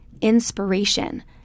inspiration